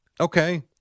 Okay